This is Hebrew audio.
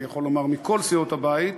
אני יכול לומר "מכל סיעות הבית",